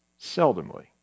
Seldomly